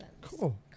cool